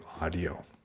audio